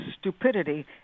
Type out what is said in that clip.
stupidity